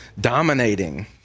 dominating